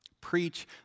Preach